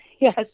Yes